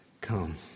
come